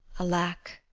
alack,